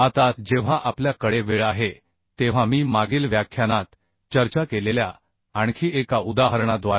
आता जेव्हा आपल्या कडे वेळ असेल तेव्हा मी मागील व्याख्यानात चर्चा केलेले आणखी एका उदाहरण पाहू